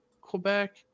Quebec